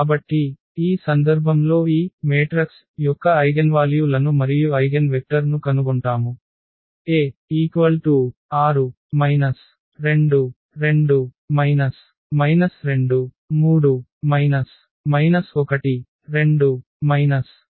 కాబట్టి ఈ సందర్భంలో ఈ మాతృక యొక్క ఐగెన్వాల్యూ లను మరియు ఐగెన్వెక్టర్ ను కనుగొంటాము A 6 2 2 2 3 1 2 1 3